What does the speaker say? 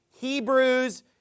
Hebrews